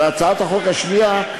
ובהצעת החוק השנייה,